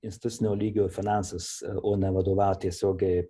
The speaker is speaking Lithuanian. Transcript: institucinio lygio finansus o ne vadovaut tiesiogiai